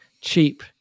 cheap